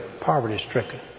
poverty-stricken